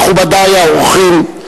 מכובדי האורחים,